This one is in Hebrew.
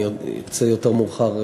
אני אצא יותר מאוחר,